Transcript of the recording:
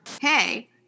hey